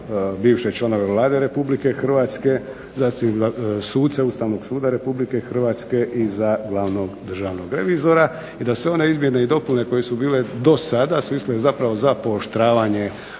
bivše članove Vlade Republike Hrvatske, zatim suce Ustavnog suda Republike Hrvatske i za glavnog državnog revizora i da sve one izmjene i dopune koje su bile do sada su išle za pooštravanje